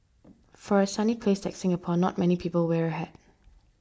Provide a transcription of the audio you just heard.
for a sunny place like Singapore not many people wear a hat